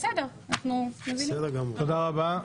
תודה רבה.